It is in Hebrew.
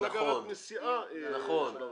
הוא צריך לקחת מסיעה של ערבים.